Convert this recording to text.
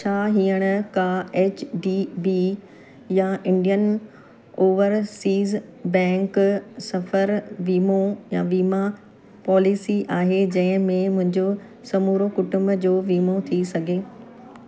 छा हींअर का एच डी बी या इंडियन ओवरसीज़ बैंक सफ़र वीमो या वीमा पॉलिसी आहे जहिंमें मुंहिंजो समूरो कुटुंब जो वीमो थी सघे